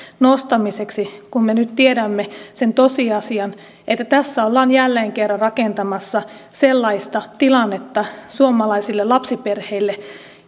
nostamiseksi kun me nyt tiedämme sen tosiasian että tässä ollaan jälleen kerran rakentamassa sellaista tilannetta suomalaisille lapsiperheille